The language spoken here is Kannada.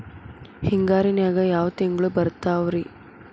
ಹಿಂಗಾರಿನ್ಯಾಗ ಯಾವ ತಿಂಗ್ಳು ಬರ್ತಾವ ರಿ?